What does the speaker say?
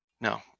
No